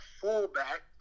fullback